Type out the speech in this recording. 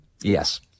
Yes